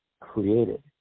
created